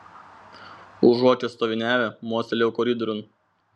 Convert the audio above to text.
užuot čia stoviniavę mostelėjau koridoriun